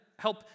Help